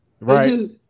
Right